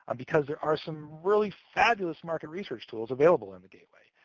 and because there are some really fabulous market research tools available in the gateway.